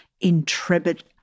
intrepid